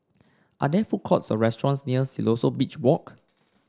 are there food courts or restaurants near Siloso Beach Walk